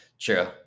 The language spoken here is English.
true